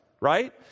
right